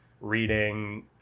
reading